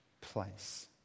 place